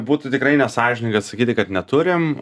būtų tikrai nesąžininga sakyti kad neturim